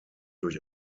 durch